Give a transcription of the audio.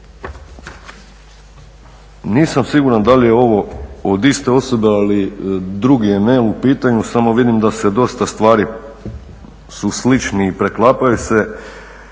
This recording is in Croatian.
Nisam siguran da li je ovo od iste osobe ali drugi je mail u pitanju, samo vidim da se dosta stvari, su slične i preklapaju se.